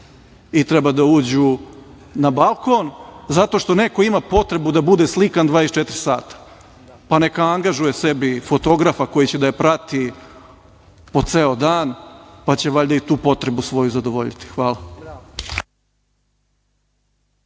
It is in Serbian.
i treba da uđu na balkon zato što neko ima potrebu da bude slikan 24 sata? Pa. neka angažuje sebe i fotografa koji će da je prati po ceo dan, pa će valjda i tu potrebu svoju zadovoljiti. Hvala.